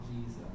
Jesus